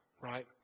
right